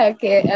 Okay